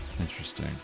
Interesting